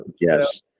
yes